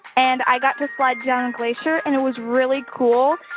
and i got to slide down a glacier, and it was really cool.